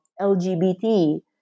LGBT